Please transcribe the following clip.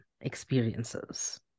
experiences